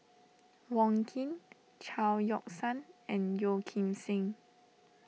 Wong Keen Chao Yoke San and Yeo Kim Seng